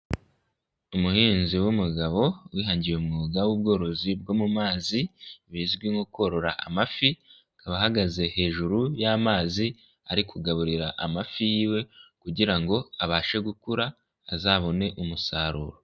Umuhinzi w'umugabo wihangiye umwuga w'ubworozi bwo mu mazi bizwi nko korora amafi, akaba ahagaze hejuru y'amazi ari kugaburira amafi yiwe kugira ngo abashe gukura azabone umusaruro.